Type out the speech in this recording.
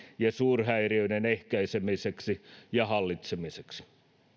ja suurhäiriöiden ehkäisemiseksi ja hallitsemiseksi